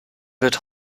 wird